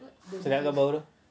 sedap kan bau dia